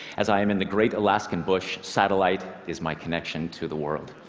as i am in the great alaskan bush, satellite is my connection to the world.